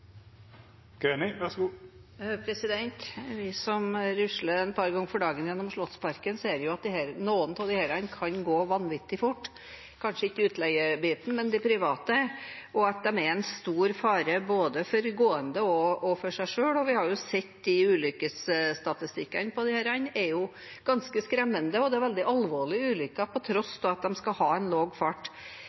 Vi som rusler et par ganger om dagen gjennom Slottsparken, ser at noen av disse elsparkesyklene kan gå vanvittig fort, kanskje ikke de som leies ut, men de private, og at de er en stor fare både for gående og for en selv. Vi har sett at ulykkesstatistikkene er ganske skremmende, og det er veldig alvorlige ulykker, på tross av at de skal ha en lav fart.